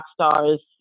Rockstar's